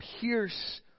pierce